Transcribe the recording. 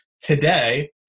Today